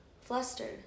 Flustered